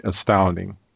astounding